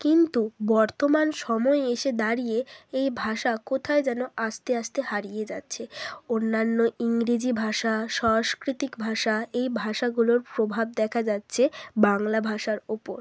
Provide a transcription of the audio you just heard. কিন্তু বর্তমান সময়ে এসে দাঁড়িয়ে এই ভাষা কোথায় যেন আস্তে আস্তে হারিয়ে যাচ্ছে অন্যান্য ইংরেজি ভাষা সাংস্কৃতিক ভাষা এই ভাষাগুলোর প্রভাব দেখা যাচ্ছে বাংলা ভাষার ওপর